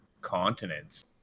continents